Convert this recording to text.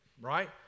right